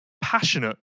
passionate